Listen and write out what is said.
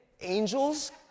Angels